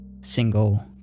single